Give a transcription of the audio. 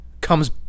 comes